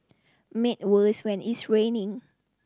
made worse when it's raining